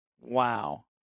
Wow